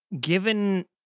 given